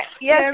Yes